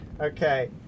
Okay